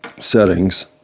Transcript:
settings